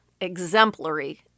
exemplary